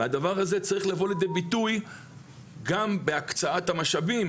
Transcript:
הדבר הזה צריך לבוא לידי ביטוי גם בהקצאת המשאבים,